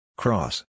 cross